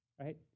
Right